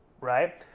right